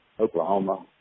Oklahoma